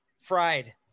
fried